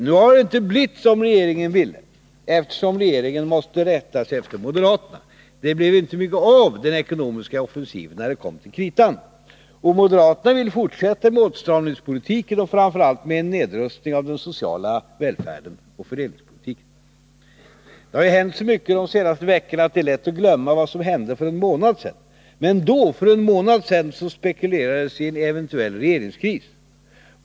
Nu har det inte blivit som regeringen ville, eftersom regeringen måste rätta sig efter moderaterna. Det blev inte mycket av den ekonomiska offensiven, när det kom till kritan. Och moderaterna vill fortsätta med åtstramningspolitiken och framför allt med en nedrustning av den sociala välfärden och fördelningspolitiken. Det har ju hänt så mycket de senaste veckorna att det är lätt att glömma vad som hände för en månad sedan. Men då, för en månad sedan, spekulerades det i en eventuell regeringskris.